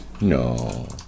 No